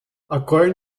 according